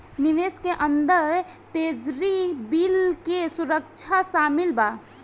निवेश के अंदर ट्रेजरी बिल के सुरक्षा शामिल बा